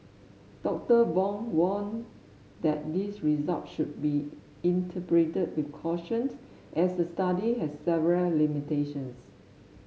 Doctor Bong warned that these result should be interpreted with cautions as the study has several limitations